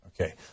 Okay